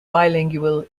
bilingual